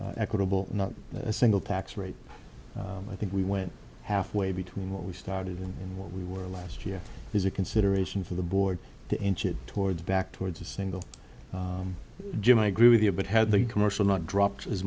even equitable not a single tax rate i think we went halfway between what we started and what we were last year is a consideration for the board to inch it towards back towards a single jim i agree with you but had the commercial not dropped as